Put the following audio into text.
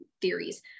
theories